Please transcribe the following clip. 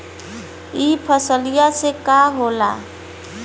ई फसलिया से का होला?